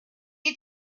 had